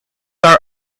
are